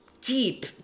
deep